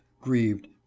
grieved